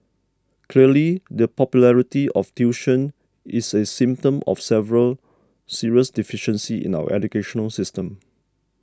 clearly the popularity of tuition is a symptom of several serious deficiencies in our educational system